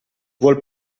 vuol